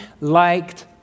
liked